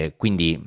quindi